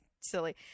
silly